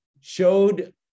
showed